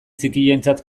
txikientzat